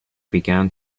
began